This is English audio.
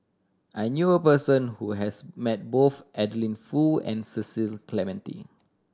I knew a person who has met both Adeline Foo and Cecil Clementi